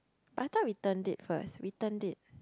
but I thought we turned it first we turned it